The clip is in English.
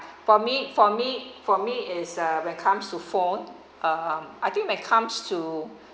for me for me for me is uh when comes to phone uh I think when comes to